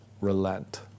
relent